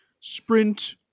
Sprint